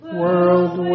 world